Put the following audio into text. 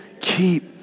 Keep